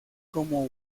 como